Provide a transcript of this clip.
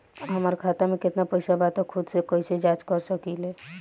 हमार खाता में केतना पइसा बा त खुद से कइसे जाँच कर सकी ले?